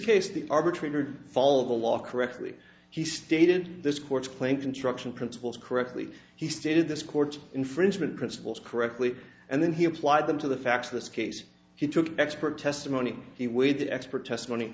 case the arbitrator do follow the law correctly he stated this court's claim construction principles correctly he stated this court's infringement principles correctly and then he applied them to the facts of this case he took expert testimony he with expert testimony